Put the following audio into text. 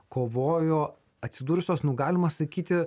kovojo atsidūrusios nu galima sakyti